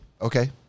Okay